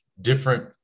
different